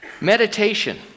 Meditation